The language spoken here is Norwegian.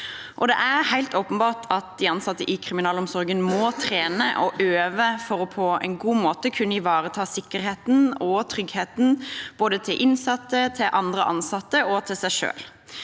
Det er helt åpenbart at de ansatte i kriminalomsorgen må trene og øve for på en god måte å kunne ivareta sikkerheten og tryggheten til både innsatte, andre ansatte og seg selv.